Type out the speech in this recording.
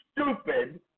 stupid